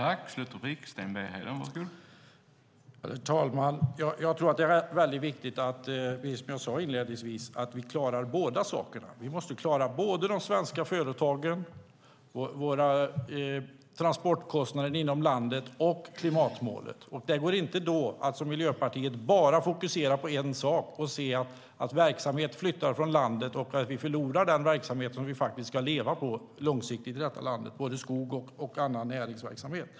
Herr talman! Jag tror att det är väldigt viktigt, precis som jag sade inledningsvis, att vi klarar båda sakerna. Vi måste klara både de svenska företagen, våra transportkostnader inom landet, och klimatmålet. Då går det inte att, som Miljöpartiet, bara fokusera på en sak och se att verksamhet flyttar från landet och vi förlorar den verksamhet som vi ska leva på långsiktigt i detta land, både skog och annan näringsverksamhet.